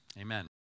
amen